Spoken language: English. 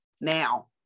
now